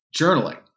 journaling